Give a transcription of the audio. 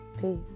Peace